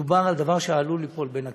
מדובר בדבר שעלול ליפול בין הכיסאות.